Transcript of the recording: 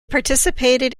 participated